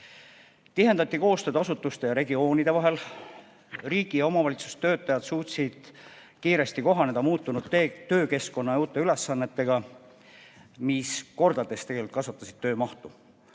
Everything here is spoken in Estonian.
Tihendati koostööd asutuste ja regioonide vahel. Riigi- ja omavalitsustöötajad suutsid kiiresti kohaneda muutunud töökeskkonna ja uute ülesannetega, mis kordades tegelikult kasvatasid töö mahtu.